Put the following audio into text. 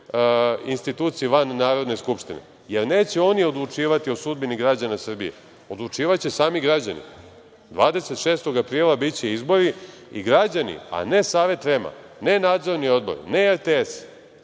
instituciji van Narodne skupštine, jer neće oni odlučivati o sudbini građana Srbije. Odlučivaće sami građani, 26. aprila će biti izbori i građani, a ne Savet REM-a, ne nadzorni odbor, ne RTS,